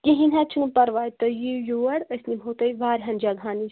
کہینۍ حظ چھُنہٕ پرواے تُہۍ یِیو یور أسۍ نِمہو تُہی واریاہَن جگہن نِش